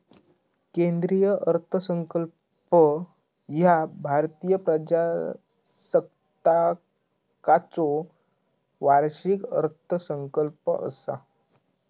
केंद्रीय अर्थसंकल्प ह्या भारतीय प्रजासत्ताकाचो वार्षिक अर्थसंकल्प असा